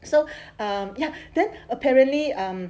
so err ya then apparently